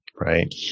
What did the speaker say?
Right